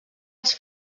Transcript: els